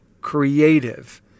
creative